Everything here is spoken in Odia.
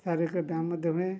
ଶାରୀରିକ ବ୍ୟାୟାମ ମଧ୍ୟ ହୁଏ